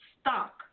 stock